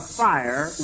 fire